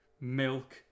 milk